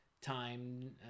time